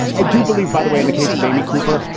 i do believe, by the way, in the case of amy cooper,